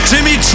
Timmy